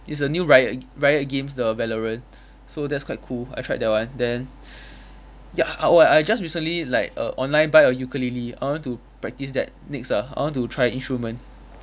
it's a new riot riot games the valorant so that's quite cool I tried that one then ya oh I just recently like err online buy a ukulele I want to practice that next ah I want to try instrument